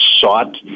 sought